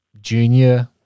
junior